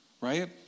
right